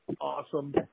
awesome